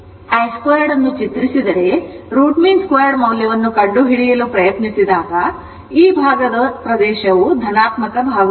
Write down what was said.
ಅದರಿಂದ i 2 ಅನ್ನು ಚಿತ್ರಿಸಿದರೆ root mean 2 ಮೌಲ್ಯವನ್ನು ಕಂಡುಹಿಡಿಯಲು ಪ್ರಯತ್ನಿಸಿದಾಗ ಈ ಪ್ರದೇಶವು ಧನಾತ್ಮಕ ಭಾಗವಾಗಿದೆ